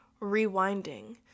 Rewinding